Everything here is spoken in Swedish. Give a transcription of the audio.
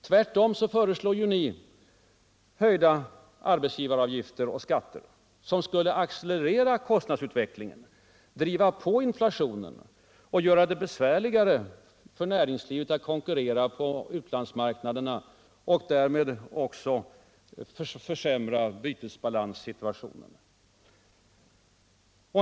Tvärtom föreslår ju ni höjda arbetsgivaravgifter och skatter som skulle accelerera kostnadsutvecklingen, driva på inflationen, göra det besvärligare för näringslivet att konkurrera på utlandsmarknaderna och därmed också försämra bytesbalanssituationen.